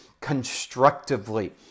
constructively